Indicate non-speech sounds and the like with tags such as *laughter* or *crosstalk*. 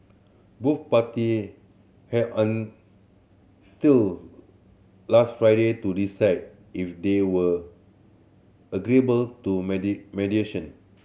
both party had until last Friday to decide if they were agreeable to *unintelligible* mediation